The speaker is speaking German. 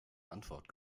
antwort